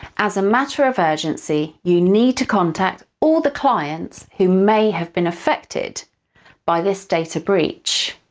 as a matter of urgency, you need to contact all the clients who may have been affected by this data breach.